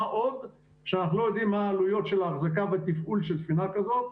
מה עוד שאנחנו לא יודעים מה העלויות של האחזקה והתפעול של ספינה כזאת,